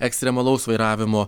ekstremalaus vairavimo